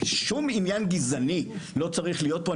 שום עניין גזעני לא צריך להיות פה.